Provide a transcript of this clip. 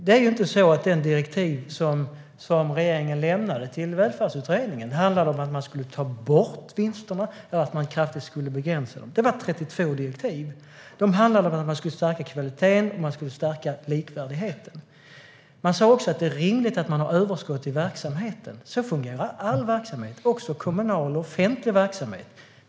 Det är inte så att de direktiv som regeringen lämnade till Välfärdsutredningen handlade om att man skulle ta bort vinsterna eller att man kraftigt skulle begränsa dem. Det var 32 direktiv. De handlade om att man skulle stärka kvaliteten och likvärdigheten. Man sa också att det är rimligt med överskott i verksamheten. Så fungerar all verksamhet, också kommunal och offentlig verksamhet.